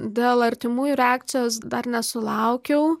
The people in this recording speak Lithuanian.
dėl artimųjų reakcijos dar nesulaukiau